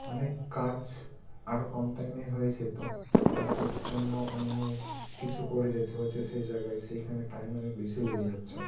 অনেক কাজ আরও কম টাইমে হয়ে যেত তা সে জন্য অন্য কিছু করে যেতে হচ্ছে সেই জায়গায় সেখানে টাইম অনেক বেশি লেগে যাচ্ছেও